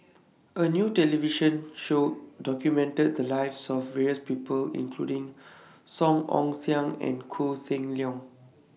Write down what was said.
A New television Show documented The Lives of various People including Song Ong Siang and Koh Seng Leong